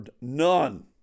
none